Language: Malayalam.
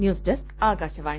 news desk Akashvani